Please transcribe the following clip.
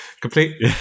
complete